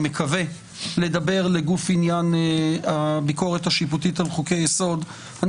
מקווה לדבר לגוף עניין הביקורת השיפוטית על חוקי היסוד אני